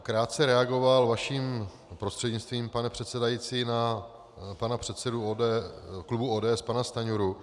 Krátce bych reagoval vaším prostřednictvím, pane předsedající, na pana předsedu klubu ODS pana Stanjuru.